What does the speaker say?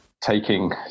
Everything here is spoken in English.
taking